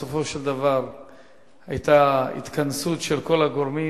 בסופו של דבר היתה התכנסות של כל הגורמים,